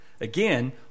again